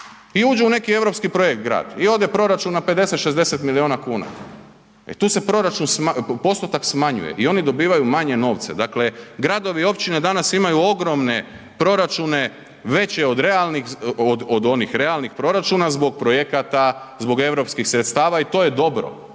i uđe u neki europski projekt grad i ode proračun na 50-60 milijuna kuna i tu se proračun, postotak smanjuje i oni dobivaju manje novca, dakle gradovi i općine danas imaju ogromne proračune, veće od realnih, od onih realnih proračuna zbog projekata, zbog europskih sredstava i to je dobro,